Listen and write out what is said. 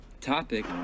topic